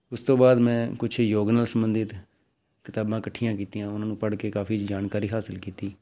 ਉਸ ਤੋਂ ਬਾਅਦ ਮੈਂ ਕੁਛ ਯੋਗ ਨਾਲ ਸੰਬੰਧਿਤ ਕਿਤਾਬਾਂ ਇਕੱਠੀਆਂ ਕੀਤੀਆਂ ਉਹਨਾਂ ਨੂੰ ਪੜ੍ਹ ਕੇ ਕਾਫੀ ਜਾਣਕਾਰੀ ਹਾਸਿਲ ਕੀਤੀ